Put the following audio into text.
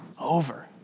over